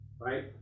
right